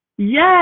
yes